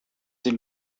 die